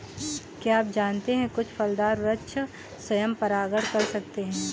क्या आप जानते है कुछ फलदार वृक्ष स्वयं परागण कर सकते हैं?